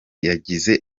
yagize